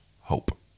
hope